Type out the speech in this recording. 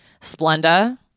Splenda